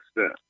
step